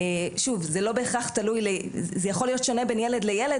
שוב זה יכול להיות שונה בין ילד לילד